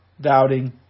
doubting